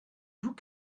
vous